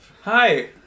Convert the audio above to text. hi